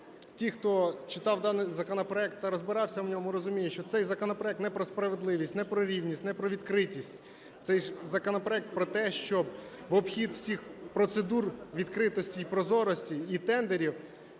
ті, хто читав даний законопроект та розбирався в ньому, розуміють, що це законопроект не про справедливість, не про рівність, не про відкритість. Цей законопроект про те, щоб в обхід всіх процедур відкритості і прозорості і тендерів